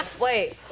wait